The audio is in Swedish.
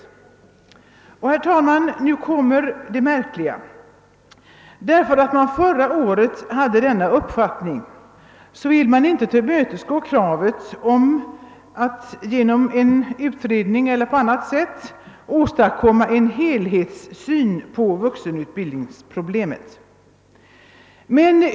Nu kommer det märkliga, herr talman. Därför att man förra året hade denna uppfattning vill man inte tillmötesgå kravet om att genom en utredning eller på annat sätt åstadkomma en helhetssyn på vuxenutbildningsproblemet.